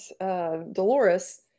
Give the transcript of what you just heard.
Dolores